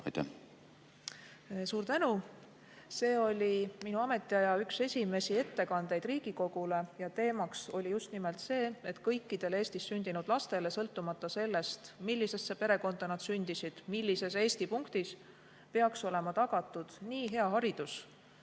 seda? Suur tänu! See oli minu ametiaja üks esimesi ettekandeid Riigikogule ja teemaks oli just nimelt see, et kõikidele Eestis sündinud lastele, sõltumata sellest, millisesse perekonda ja millises Eesti punktis nad sündisid, peaks olema tagatud nii hea haridus,